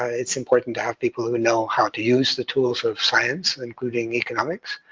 ah it's important to have people who know how to use the tools of science, including economics,